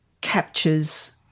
captures